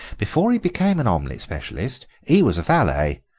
before he became an omelette specialist he was a valet,